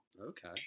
Okay